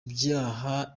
byaha